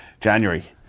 January